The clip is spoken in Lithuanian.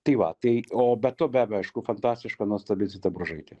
tai va tai o be to beabejo aišku fantastiška nuostabi zita bružaitė